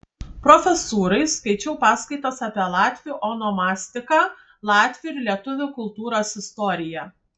profesūrai skaičiau paskaitas apie latvių onomastiką latvių ir lietuvių kultūros istoriją